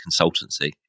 consultancy